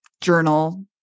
journal